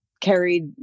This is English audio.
Carried